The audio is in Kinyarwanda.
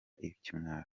ikimwaro